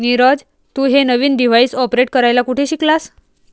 नीरज, तू हे नवीन डिव्हाइस ऑपरेट करायला कुठे शिकलास?